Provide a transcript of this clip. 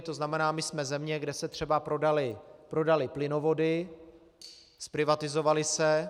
To znamená, my jsme země, kde se třeba prodaly plynovody, zprivatizovaly se.